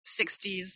60s